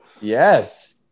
Yes